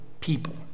people